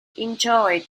enjoyed